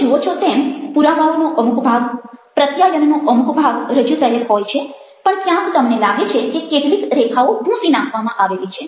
તમે જુઓ છો તેમ પુરાવાઓનો અમુક ભાગ પ્રત્યાયનનો અમુક ભાગ રજૂ થયેલ હોય છે પણ ક્યાંક તમને લાગે છે કે કેટલીક રેખાઓ ભૂંસી નાખવામાં આવેલી છે